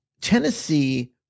Tennessee